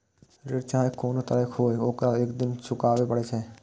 ऋण खाहे कोनो तरहक हुअय, ओकरा एक दिन चुकाबैये पड़ै छै